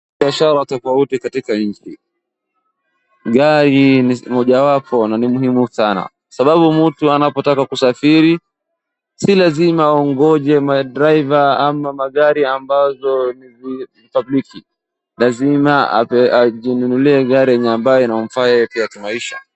Biashara tofauti katika nchi, gari ni mojawapo na ni muhimu sana sababu mtu anapotaka kusafiri si lazima aongoje madriver ama magari ambazo ni za mtu lazima ajinunulie gari yenye ambayo inamfaa yeye piakimaisha .